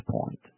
point